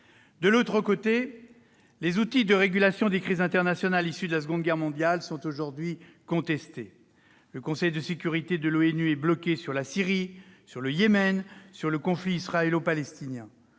De l'autre côté, les outils de régulation des crises internationales issus de la Seconde Guerre mondiale sont contestés : le Conseil de sécurité de l'ONU est bloqué sur la Syrie, sur le Yémen, sur le conflit israélo-palestinien.